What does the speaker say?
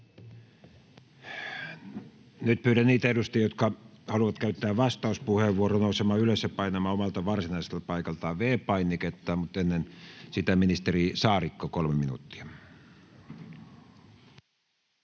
Nyt pyydän niitä edustajia, jotka haluavat käyttää vastauspuheenvuoron, nousemaan ylös ja painamaan omalla varsinaisella paikallaan V-painiketta. — Mutta ennen sitä ministeri Saarikko, kolme minuuttia.